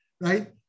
right